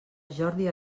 jordi